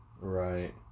Right